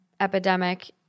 epidemic